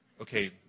Okay